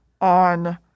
on